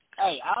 hey